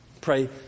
Pray